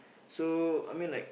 so I mean like